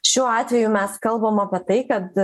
šiuo atveju mes kalbam apie tai kad